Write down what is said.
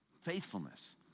faithfulness